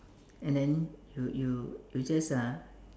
and then you you you just uh